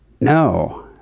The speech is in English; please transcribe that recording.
No